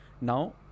Now